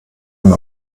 nun